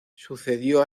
sucedió